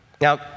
Now